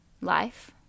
life